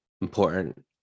important